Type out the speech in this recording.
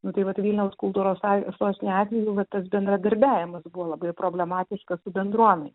nu tai vat vilniaus kultūros a sostinė atveju va tas bendradarbiavimas buvo labai problematiškas su bendruome